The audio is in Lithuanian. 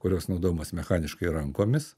kurios naudojamos mechaniškai rankomis